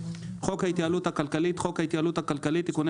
"חוק ההתייעלות הכלכלית "חוק ההתייעלות הכלכלית (תיקוני